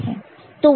तो 1 0 1 है